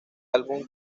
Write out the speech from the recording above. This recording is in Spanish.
álbum